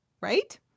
right